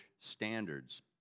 standards